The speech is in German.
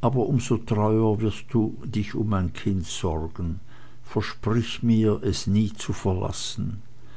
aber um so treuer wirst du um mein kind sorgen versprich mir es nie zu verlassen